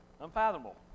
unfathomable